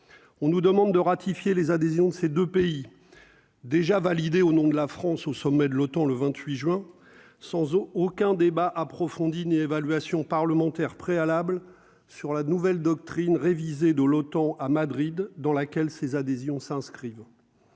on nous demande de ratifier les adhésions de ces 2 pays déjà validé au nom de la France au sommet de l'OTAN le 28 juin sans aucun débat approfondi une évaluation parlementaire préalables sur la nouvelle doctrine révisé de l'OTAN à Madrid dans laquelle ces adhésions s'inscrivent